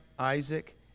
Isaac